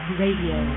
radio